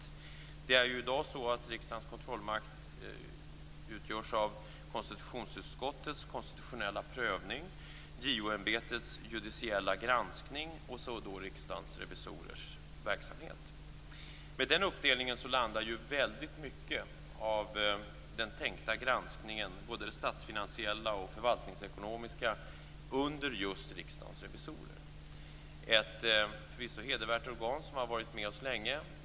I dag är det ju så att denna utgörs av konstitutionsutskottets konstitutionella prövning, JO Med den uppdelningen landar ju väldigt mycket av den tänkta granskningen, både den statsfinansiella och förvaltningsekonomiska, under just Riksdagens revisorer. Det är förvisso ett hedervärt organ som har varit med oss länge.